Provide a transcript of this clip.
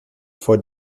vor